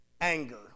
anger